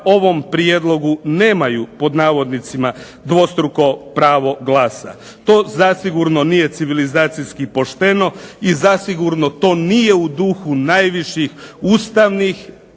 ovom prijedlogu nemaju pod navodnicima dvostruko pravo glasa. To zasigurno nije civilizacijski pošteno i zasigurno to nije u duhu najviših ustavnih